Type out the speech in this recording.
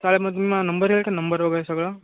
चालेल मग तुम्ही मला नंबर द्याल का नंबर वगैरे सगळं